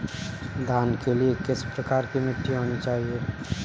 धान के लिए किस प्रकार की मिट्टी होनी चाहिए?